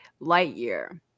*Lightyear*